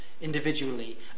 individually